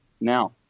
now